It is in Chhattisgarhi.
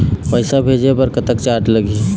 पैसा भेजे बर कतक चार्ज लगही?